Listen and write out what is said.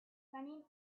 running